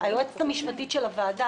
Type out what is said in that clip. היועצת המשפטית של הוועדה,